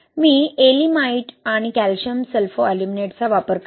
मी yeelimite Yeelimite आणि calcium सल्फोअल्युमिनेटचा वापर करेन